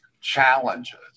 challenges